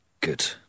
good